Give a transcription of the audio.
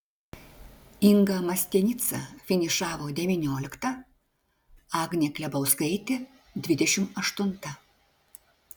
inga mastianica finišavo devyniolikta agnė klebauskaitė dvidešimt aštunta